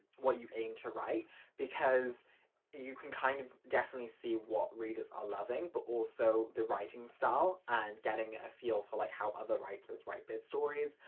what you aim to write because you can kind of definitely see what readers are loving but also the writing style and getting a feel for like how other writers write those stories.